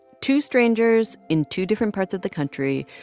two strangers in two different parts of the country,